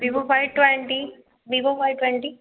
Vivo Y twenty Vivo Y twenty